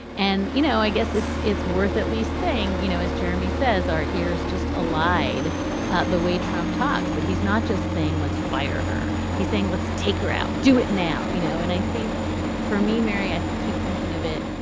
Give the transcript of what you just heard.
and, you know, i guess it's it's worth at least saying, you know, as jeremy says, our ears just allied the way trump talks. but he's not just saying, let's fire her. he's saying, let's take her out. do it now. you know, and i think for me, mary, i keep thinking of it.